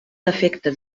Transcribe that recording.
defecte